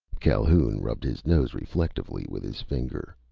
calhoun rubbed his nose reflectively with his finger.